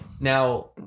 now